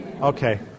Okay